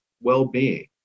well-being